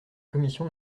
commission